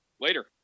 later